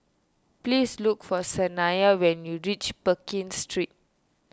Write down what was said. please look for Saniya when you reach Pekin Street